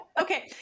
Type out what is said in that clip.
Okay